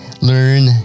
learn